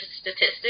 statistics